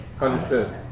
Understood